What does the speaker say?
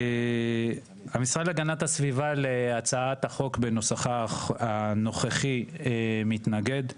המשרד להגנת הסביבה להצעת החוק בנוסחה הנוכחי מתנגד.